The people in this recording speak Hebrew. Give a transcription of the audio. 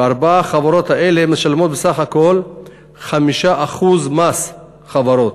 וארבע החברות האלה משלמות בסך הכול 5% מס חברות.